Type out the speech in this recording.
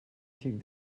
xic